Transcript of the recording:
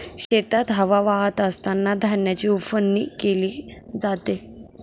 शेतात हवा वाहत असतांना धान्याची उफणणी केली जाते